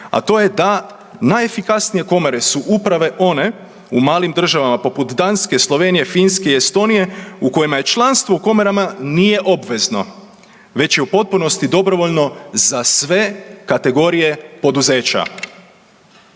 a to je da najefikasnije komore su upravo one u malim državama poput Danske, Slovenije, Finske i Estonije u kojima članstvo u komorama nije obvezno, već je u potpunosti dobrovoljno za sve kategorije poduzeća.